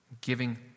giving